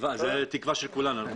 זו תקווה של כולנו.